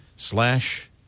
Slash